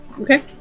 Okay